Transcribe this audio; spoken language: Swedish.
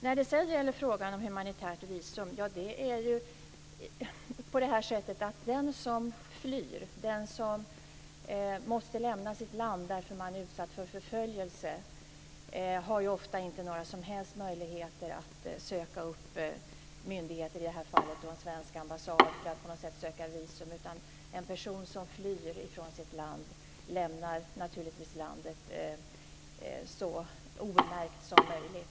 När det sedan gäller frågan om humanitärt visum kan jag säga att det är på det sättet att den som flyr och måste lämna sitt land därför att han eller hon är utsatt för förföljelse ofta inte har några som helst möjligheter att söka upp myndigheter - i detta fall en svensk ambassad - för att söka visum. En person som flyr ifrån sitt land lämnar naturligtvis landet så obemärkt som möjligt.